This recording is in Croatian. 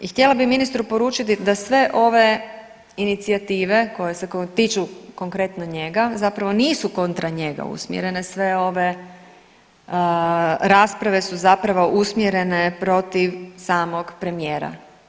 I htjela bih ministru poručiti da sve ove inicijative koje se tiču konkretno njega zapravo nisu kontra njega usmjerene, sve ove rasprave su zapravo usmjerene protiv samog premijera.